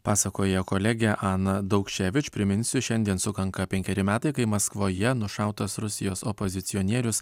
pasakoja kolegė ana daukševič priminsiu šiandien sukanka penkeri metai kai maskvoje nušautas rusijos opozicionierius